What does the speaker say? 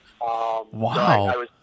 Wow